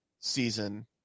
season